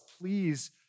Please